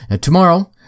tomorrow